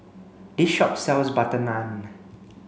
this shop sells butter naan